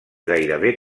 gairebé